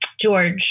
George